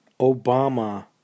Obama